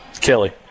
Kelly